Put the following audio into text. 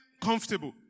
comfortable